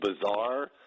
bizarre